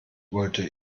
wollte